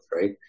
right